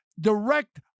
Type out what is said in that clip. direct